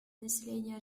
населения